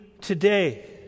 today